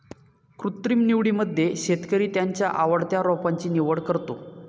कृत्रिम निवडीमध्ये शेतकरी त्याच्या आवडत्या रोपांची निवड करतो